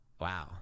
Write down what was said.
wow